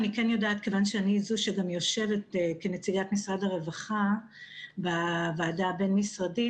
מכיוון שאני יושבת כנציגת משרד הרווחה בוועדה הבין-משרדית